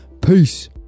Peace